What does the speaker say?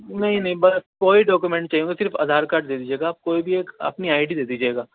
نہیں نہیں بس کوئی ڈاکومنٹ چاہیے بس صرف آدھار کاڈ دے دیجیے گا آپ کوئی بھی ایک اپنی آئی ڈی دے دیجیے گا